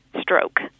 stroke